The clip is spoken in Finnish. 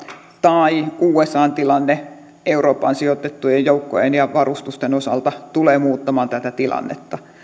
ja usan tilanne eurooppaan sijoitettujen joukkojen ja varustusten osalta tulevat muuttamaan tätä tilannetta